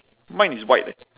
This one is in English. mine is white eh